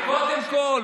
לכולנו.